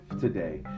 today